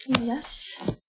Yes